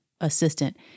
assistant